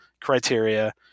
criteria